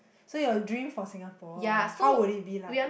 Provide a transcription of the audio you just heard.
so your dream for Singapore how will it be like